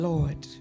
Lord